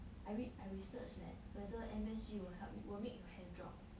I read I research leh whether M_S_G will help you will make your hair drop